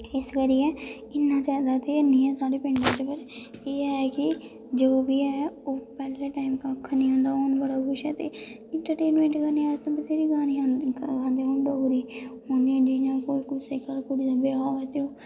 इस करियै इन्ना जादा ते हैनी ऐ साढ़े पिंडा च पर एह् ऐ कि जो बी ऐ ओह् पैह्लें टैम कक्ख निं होंदा हा हून बड़ा कुछ ऐ ते इंट्रटेनमैंट करने आस्तै बत्थेरे गाने आंदे डोगरी हून जियां कुसै घर कुड़ी दा ब्याह् होऐ ते ओह्